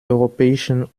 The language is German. europäischen